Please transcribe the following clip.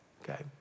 Okay